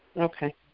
Okay